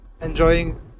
enjoying